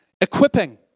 Equipping